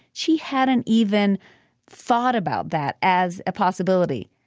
she hadn't even thought about that as a possibility,